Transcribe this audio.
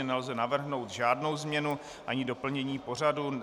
Nelze navrhnout žádnou změnu ani doplnění pořadu.